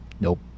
Nope